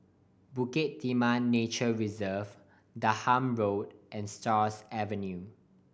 Bukit Timah Nature Reserve Denham Road and Stars Avenue